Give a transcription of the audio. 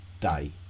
day